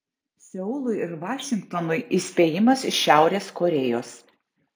seului ir vašingtonui įspėjimas iš šiaurės korėjos